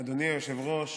אדוני היושב-ראש,